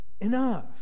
enough